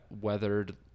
weathered